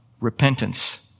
repentance